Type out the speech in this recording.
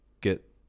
get